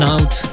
Out